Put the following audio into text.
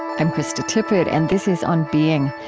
i'm krista tippett, and this is on being,